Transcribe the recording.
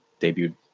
debuted